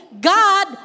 God